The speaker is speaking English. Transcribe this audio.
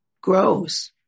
grows